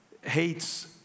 hates